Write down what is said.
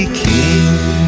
king